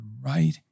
right